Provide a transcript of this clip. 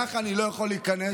ככה אני לא יכול להיכנס.